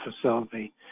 facility